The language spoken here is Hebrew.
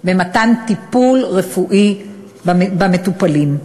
במתן טיפול רפואי למטופלים.